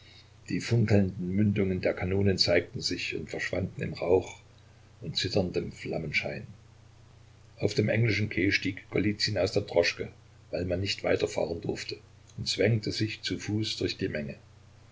die funkelnden mündungen der kanonen zeigten sich und verschwanden im rauch und zitterndem flammenschein auf dem englischen quai stieg golizyn aus der droschke weil man nicht weiter fahren durfte und zwängte sich zu fuß durch die menge